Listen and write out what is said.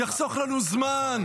זה יחסוך לנו זמן.